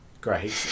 Great